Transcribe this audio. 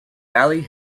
valley